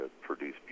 produce